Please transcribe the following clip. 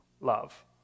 love